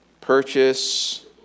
Purchase